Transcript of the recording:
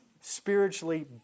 spiritually